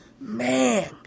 man